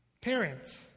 Parents